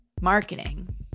marketing